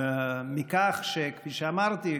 כפי שאמרתי,